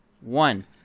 one